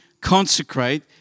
consecrate